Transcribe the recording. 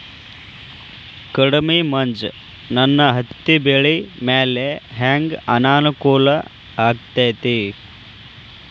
ಕಡಮಿ ಮಂಜ್ ನನ್ ಹತ್ತಿಬೆಳಿ ಮ್ಯಾಲೆ ಹೆಂಗ್ ಅನಾನುಕೂಲ ಆಗ್ತೆತಿ?